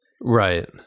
right